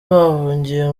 bahungiye